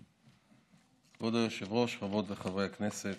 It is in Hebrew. כבוד היושב-ראש, חברות וחברי הכנסת,